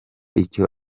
icyo